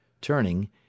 Turning